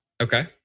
Okay